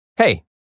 Hey